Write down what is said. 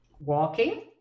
Walking